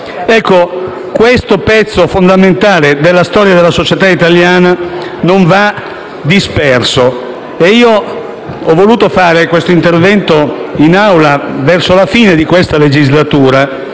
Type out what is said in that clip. Questo pezzo fondamentale della storia della società italiana non va disperso. Io ho voluto fare quest'intervento in Aula verso la fine di questa legislatura